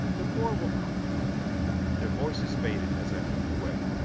de boer will come their voices faded as i moved away.